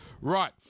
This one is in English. Right